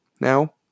now